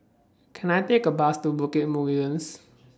Can I Take A Bus to Bukit Mugliston